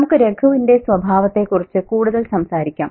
നമുക്ക് രഘുവിന്റെ സ്വഭാവത്തെക്കുറിച്ച് കൂടുതൽ സംസാരിക്കാം